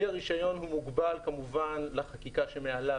כלי הרישיון מוגבל כמובן לחקיקה שמעליו,